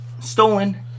stolen